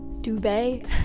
duvet